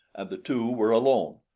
and the two were alone.